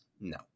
No